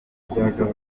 kubisukura